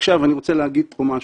עכשיו אני רוצה להגיד פה משהו.